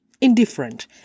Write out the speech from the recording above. indifferent